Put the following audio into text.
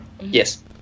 Yes